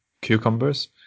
cucumbers